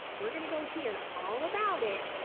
we're gonna go hear all about it.